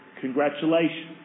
congratulations